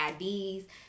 IDs